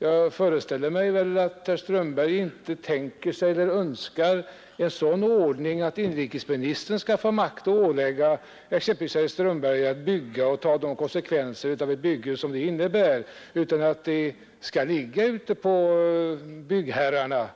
Jag föreställer mig att herr Strömberg inte vare sig tänker eller önskar en sådan ordning, att inrikesministern skall få makt att ålägga exempelvis herr Strömberg att bygga och ta de konsekvenser ett bygge innebär. Det bör ligga hos byggherrarna